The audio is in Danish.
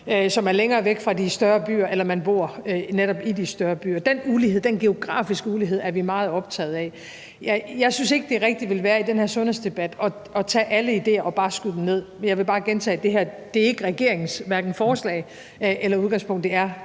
som er længere væk fra de større byer, eller om man netop bor i de større byer. Den ulighed, den geografiske ulighed, er vi meget optaget af. Jeg synes ikke, det rigtige vil være i den her sundhedsdebat at tage alle idéer og bare skyde dem ned. Jeg vil bare gentage, at det her ikke er regeringens hverken forslag eller udgangspunkt;